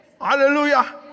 hallelujah